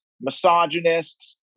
misogynists